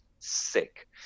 sick